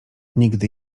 nigdy